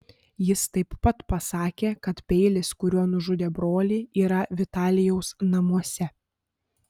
jis taip pat pasakė kad peilis kuriuo nužudė brolį yra vitalijaus namuose